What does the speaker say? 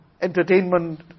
entertainment